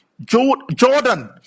Jordan